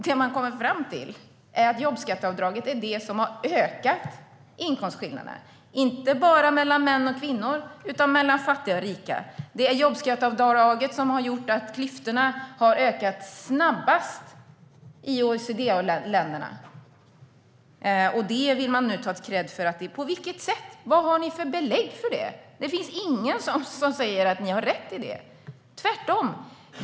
Det man kom-mer fram till är att jobbskatteavdraget är det som har ökat inkomstskillnaderna, inte bara mellan män och kvinnor utan också mellan fattiga och rika. Det är jobbskatteavdraget som har gjort att klyftorna har ökat snabbast i OECD-länderna. Det vill man nu få kredd för. På vilket sätt? Vad har ni för belägg? Det finns ingen som säger att ni har rätt. Tvärtom!